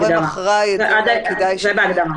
כרגע זה לא כתוב.